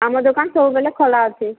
ଆମ ଦୋକାନ ସବୁବେଲେ ଖୋଲା ଅଛି